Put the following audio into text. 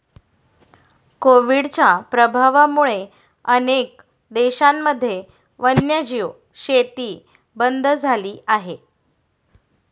कोविडच्या प्रभावामुळे अनेक देशांमध्ये वन्यजीव शेती बंद झाली आहे